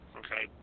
okay